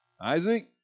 Isaac